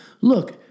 Look